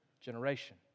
generation